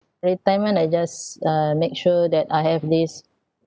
retirement I just uh make sure that I have this